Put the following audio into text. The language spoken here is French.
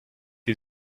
les